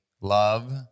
love